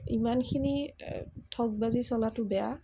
ইমানখিনি ঠগ বাজি চলাতো বেয়া